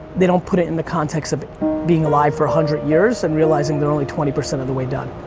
they don't put it in the context of being alive for a one hundred years and realizing they are only twenty percent of the way done.